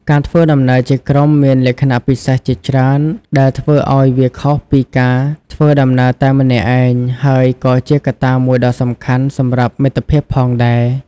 ការធ្វើដំណើរជាក្រុមមានលក្ខណៈពិសេសជាច្រើនដែលធ្វើឱ្យវាខុសពីការធ្វើដំណើរតែម្នាក់ឯង ហើយក៏ជាកត្តាមួយដ៏សំខាន់សម្រាប់មិត្តភាពផងដែរ។